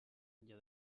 enllà